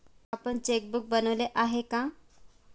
आपण चेकबुक बनवलं आहे का?